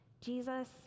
Jesus